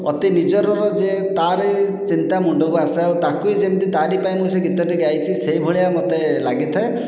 ଅତି ନିଜରର ଯିଏ ତା'ରି ଚିନ୍ତା ମୁଣ୍ଡକୁ ଆସେ ଆଉ ତାକୁ ହିଁ ଯେମିତି ତା'ରି ପାଇଁ ମୁଁ ସେ ଗୀତ ଟି ଗାଇଛି ସେଇଭଳିଆ ମତେ ଲାଗିଥାଏ